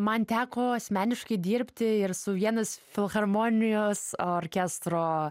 man teko asmeniškai dirbti ir su vienos filharmonijos orkestro